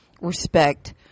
respect